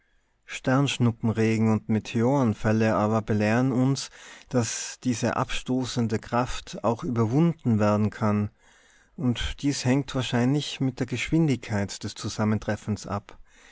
sternschnuppenregen und meteorfälle aber belehren uns daß diese abstoßende kraft auch überwunden werden kann und dies hängt wahrscheinlich mit der geschwindigkeit des zusammentreffens ab